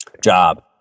job